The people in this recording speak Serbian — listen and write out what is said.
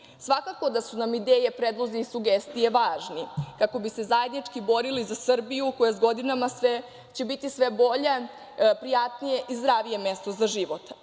skupove. Svakako da su nam ideje, predlozi i sugestije važni kako bi se zajednički borili za Srbiju koja će s godinama biti sve bolje, prijatnije i zdravije mesto za život,